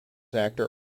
actor